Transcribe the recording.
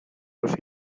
los